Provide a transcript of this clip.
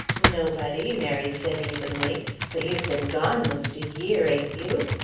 nobody, mary said evenly but you've been gone most a year, ain't you?